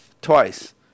twice